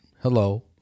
Hello